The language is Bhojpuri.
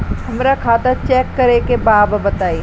हमरा खाता चेक करे के बा बताई?